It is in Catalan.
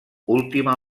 última